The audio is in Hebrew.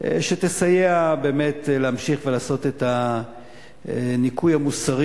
שתסייע להמשיך ולעשות את הניקוי המוסרי